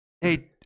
Hey